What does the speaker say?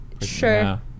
Sure